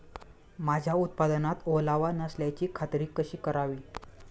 माझ्या उत्पादनात ओलावा नसल्याची खात्री कशी करावी?